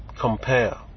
compare